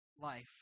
life